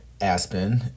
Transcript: Aspen